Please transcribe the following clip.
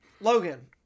Logan